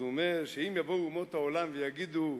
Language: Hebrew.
אז הוא אומר שאם יבואו אומות העולם ויגידו: